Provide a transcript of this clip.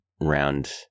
round